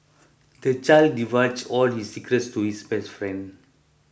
the child divulged all his secrets to his best friend